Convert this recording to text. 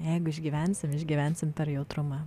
jeigu išgyvensim išgyvensim per jautrumą